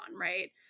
right